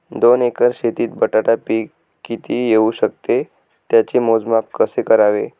दोन एकर शेतीत बटाटा पीक किती येवू शकते? त्याचे मोजमाप कसे करावे?